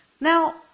Now